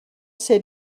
ser